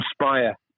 inspire